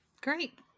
Great